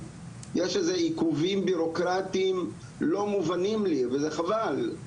יש איזה עיכובים בירוקרטיים לא מובנים לי וזה חבל,